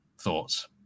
Thoughts